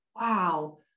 wow